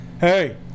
Hey